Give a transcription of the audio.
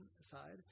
side